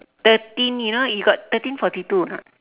thirteen you know you got thirteen forty two or not